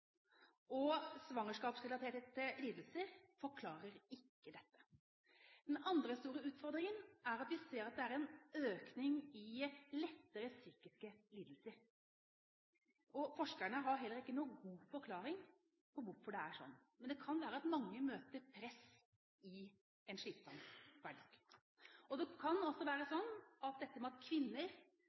og svangerskapsrelaterte lidelser forklarer ikke dette. Den andre store utfordringen er at vi ser at det er en økning i lettere psykiske lidelser. Forskerne har heller ikke noen god forklaring på hvorfor det er sånn, men det kan være at mange møter press i en slitsom hverdag. Det kan også være slik at dette med at kvinner